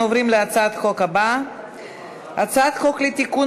אנחנו עוברים להצעת החוק הבאה: הצעת חוק לתיקון